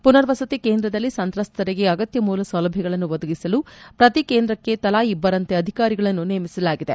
ಪುನರ್ವಸತಿ ಕೇಂದ್ರದಲ್ಲಿ ಸಂತ್ರಸ್ಥರಿಗೆ ಅಗತ್ಯ ಮೂಲ ಸೌಲಭ್ಯಗಳನ್ನು ಒದಗಿಸಲು ಪ್ರತಿ ಕೇಂದ್ರಕ್ಕೆ ತಲಾ ಇಬ್ಬರಂತೆ ಅಧಿಕಾರಿಗಳನ್ನು ನೇಮಿಸಲಾಗಿದೆ